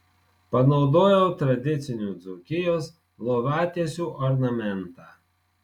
panaudojau tradicinių dzūkijos lovatiesių ornamentą